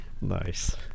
Nice